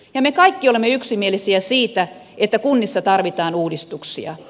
me kaikki olemme yksimielisiä siitä että kunnissa tarvitaan uudistuksia